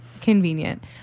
convenient